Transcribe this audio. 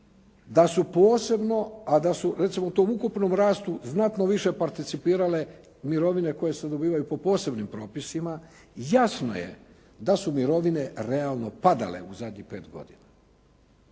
da su posebno, a da su recimo to u ukupnom rastu, znatno više participirale mirovine koje se dobivaju po posebnim propisima, jasno je da su mirovine realno padale u zadnjih 5 godina.